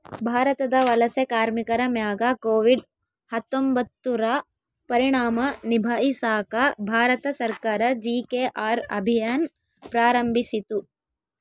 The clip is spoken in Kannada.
ಭಾರತದ ವಲಸೆ ಕಾರ್ಮಿಕರ ಮ್ಯಾಗ ಕೋವಿಡ್ ಹತ್ತೊಂಬತ್ತುರ ಪರಿಣಾಮ ನಿಭಾಯಿಸಾಕ ಭಾರತ ಸರ್ಕಾರ ಜಿ.ಕೆ.ಆರ್ ಅಭಿಯಾನ್ ಪ್ರಾರಂಭಿಸಿತು